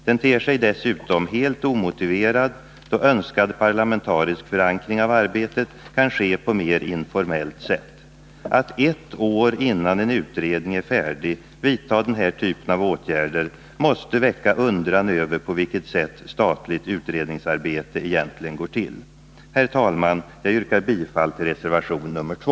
Den ter sig dessutom helt omotiverad, då önskad parlamentarisk förankring av arbetet kan ske på ett mer informellt sätt. Att ert år innan en utredning är färdig vidta den här typen av åtgärder måste väcka undran över på vilket sätt statligt utredningsarbete egentligen går till. Herr talman! Jag yrkar bifall till reservation 2.